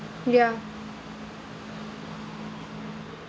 ya